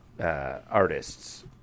artists